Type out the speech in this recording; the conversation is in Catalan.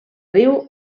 riu